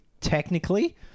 technically